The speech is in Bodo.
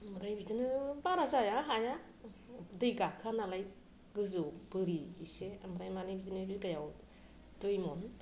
बिदिनो बारा जाया हाया दै गाखोआ नालाय गोजौ बोरि इसे ओमफ्राय माने बिदिनो बिघायाव दुइ महन